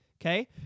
Okay